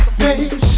baby